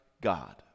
God